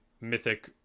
mythic